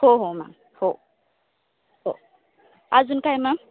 हो हो मॅम हो हो अजून काही मॅम